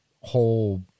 whole